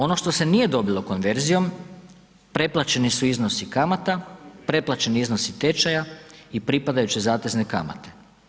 Ono što se nije dobilo konverzijom, preplaćeni su iznosi kamata, preplaćeni iznosi tečaja i pripadajuće zatezne kamate.